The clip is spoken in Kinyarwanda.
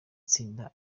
tsinda